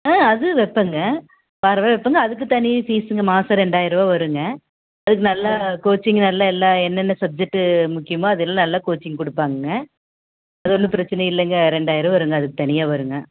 ஆ அதுவும் வைப்பேங்க வார வாரம் வைப்பேங்க அதுக்குத் தனி ஃபீஸுங்க மாசம் ரெண்டாயரூபா வருங்க அதுக்கு நல்லா கோச்சிங் நல்லா எல்லா என்னென்ன சப்ஜெக்ட்டு முக்கியமோ அது எல்லா நல்லா கோச்சிங் கொடுப்பாங்கங்க அது ஒன்றும் பிரச்சனை இல்லேங்க ரெண்டாயரூபா வருங்க அதுக்குத் தனியாக வருங்க